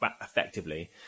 effectively